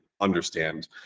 understand